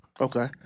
Okay